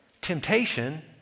Temptation